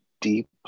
deep